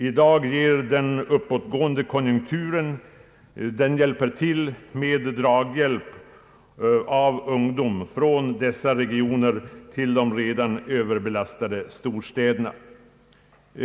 I dag hjälper den uppåtgående konjunkturen till att dra ungdomen från dessa regioner till de redan överbelastade storstäderna.